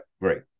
great